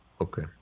Okay